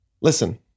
Listen